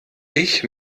ich